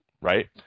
right